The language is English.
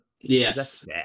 Yes